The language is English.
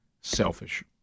selfish